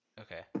okay